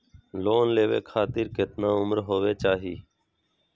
Loan लेवे खातिर केतना उम्र होवे चाही?